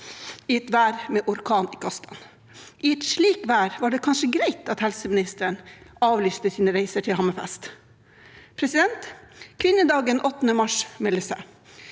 i et vær med orkan i kastene. I et slikt vær var det kanskje greit at helseministeren avlyste sine reiser til Hammerfest. Kvinnedagen 8. mars nærmer seg,